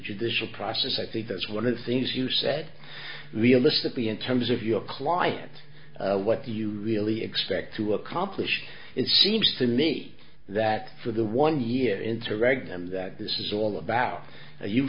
judicial process i think that's one of the things you said realistically in terms of your client what do you really expect to accomplish it seems to me that for the one year interregnum that this is all about you